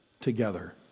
together